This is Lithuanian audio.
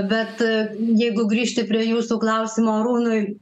bet jeigu grįžti prie jūsų klausimo arūnui